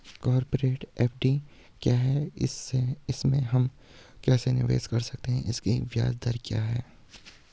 Corporate FD क्या है इसमें हम कैसे निवेश कर सकते हैं इसकी ब्याज दर क्या है?